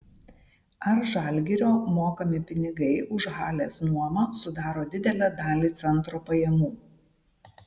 ar žalgirio mokami pinigai už halės nuomą sudaro didelę dalį centro pajamų